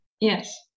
Yes